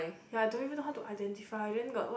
ya I don't even know how to identify then got what